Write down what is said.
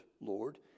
Lord